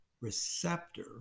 receptor